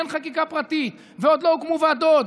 אין חקיקה פרטית ועוד לא הוקמו ועדות,